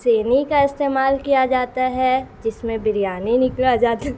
سینی کا استعمال کیا جاتا ہے جس میں بریانی نکلا جاتا